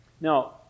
Now